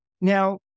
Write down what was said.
Now